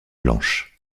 blanches